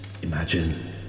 Imagine